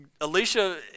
Alicia